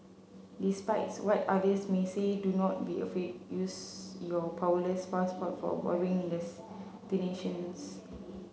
despite it's what others may say do not be afraid use your powerless passport for boring destinations